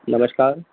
નમસ્કાર